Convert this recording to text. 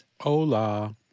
Hola